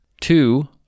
two